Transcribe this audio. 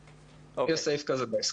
יש סעיף כזה בהסכם.